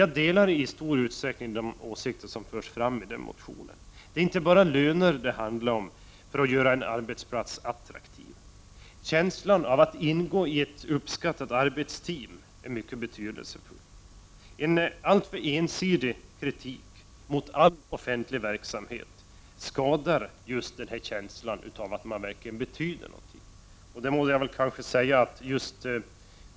Jag delar i stor utsträckning de åsikter som förs fram i motionen. Det handlar inte bara om löner för att göra en arbetsplats attraktiv. Känslan av att ingå i ett uppskattat arbetsteam är också mycket betydelsefull. En alltför ensidig kritik mot all offentlig verksamhet skadar känslan av att man betyder någonting.